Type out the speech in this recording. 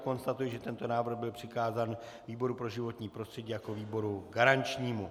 Konstatuji, že tento návrh byl přikázán výboru pro životní prostředí jako výboru garančnímu.